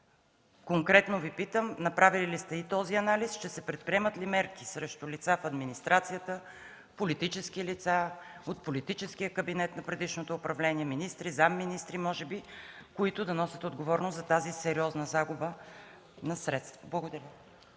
конкретно: направили ли сте и този анализ? Ще се предприемат ли мерки срещу лица в администрацията, политически лица от политическия кабинет на предишното управление, министри, може би заместник-министри, които да носят отговорност за тази сериозна загуба на средства? Благодаря.